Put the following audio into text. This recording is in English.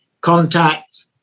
contact